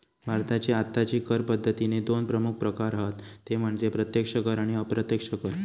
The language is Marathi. भारताची आत्ताची कर पद्दतीचे दोन प्रमुख प्रकार हत ते म्हणजे प्रत्यक्ष कर आणि अप्रत्यक्ष कर